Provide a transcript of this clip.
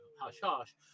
hush-hush